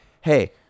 hey